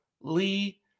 Lee